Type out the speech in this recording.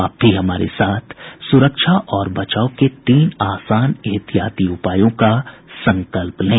आप भी हमारे साथ सुरक्षा और बचाव के तीन आसान एहतियाती उपायों का संकल्प लें